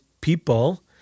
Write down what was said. people